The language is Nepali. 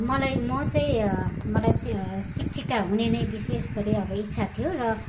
मलाई म चाहिँ मलाई शिक्षिका हुने नै विशेष गरी अब इच्छा थियो र